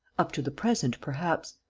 up to the present, perhaps.